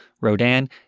Rodan